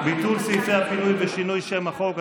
ביטול סעיפי הפינוי ושינוי שם החוק),